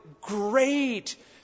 Great